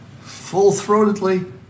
full-throatedly